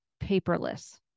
paperless